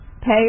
pay